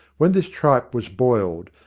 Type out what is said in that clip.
when this tripe was boiled,